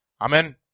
Amen